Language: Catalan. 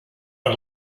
per